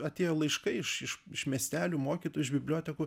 atėjo laiškai iš iš iš miestelių mokytojų iš bibliotekų